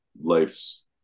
life's